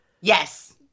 Yes